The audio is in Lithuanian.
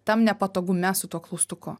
tam nepatogume su tuo klaustuku